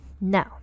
No